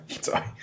sorry